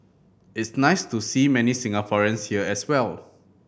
it's nice to see many Singaporeans here as well